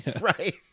right